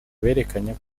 berekanye